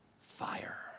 Fire